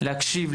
להקשיב,